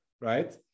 right